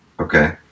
Okay